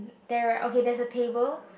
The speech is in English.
there are okay there's a table